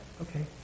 okay